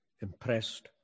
impressed